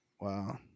wow